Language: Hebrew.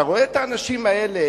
אתה רואה את האנשים האלה,